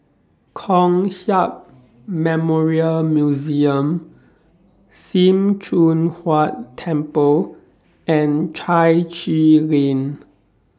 Kong Hiap Memorial Museum SIM Choon Huat Temple and Chai Chee Lane